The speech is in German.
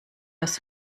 aus